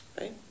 Right